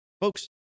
folks